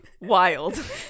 wild